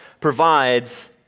provides